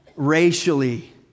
Racially